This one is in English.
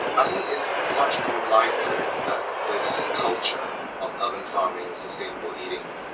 i think it's much more likely that this culture of urban farming, sustainable eating,